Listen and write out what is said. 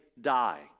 die